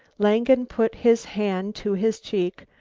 langen put his hand to his cheek,